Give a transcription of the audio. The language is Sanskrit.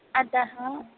अतः